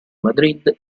madrid